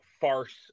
farce